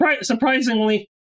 Surprisingly